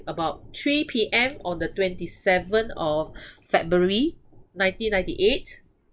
about three P_M on the twenty seven of february nineteen ninety eight